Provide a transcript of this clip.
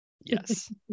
Yes